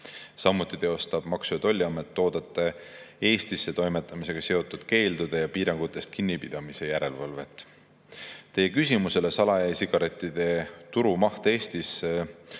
Samuti teostab Maksu‑ ja Tolliamet toodete Eestisse toimetamisega seotud keeldudest ja piirangutest kinnipidamise järelevalvet. Teie küsimusele sala‑e‑sigarettide turu mahu kohta Eestis